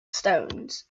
stones